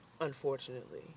Unfortunately